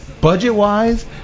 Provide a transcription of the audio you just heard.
Budget-wise